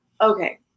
Okay